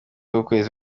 w’ukwezi